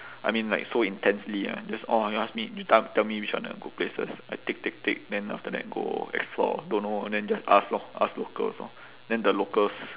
I mean like so intensely ah just orh you ask me you te~ tell me which one are good places I tick tick tick then after that go explore don't know then just ask lor ask locals lor then the locals